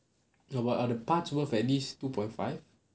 ya but are the parts worth at least two point five